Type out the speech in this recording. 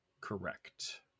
correct